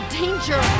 danger